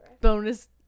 bonus